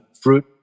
fruit